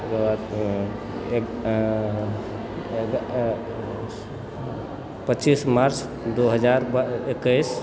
ओकर बाद पच्चीस मार्च दो हजार एकैस